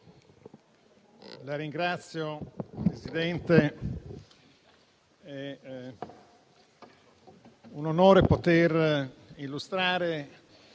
Signor Presidente, è un onore poter illustrare